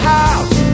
house